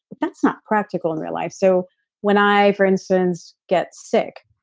that's not practical in real life so when i for instance get sick,